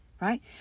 right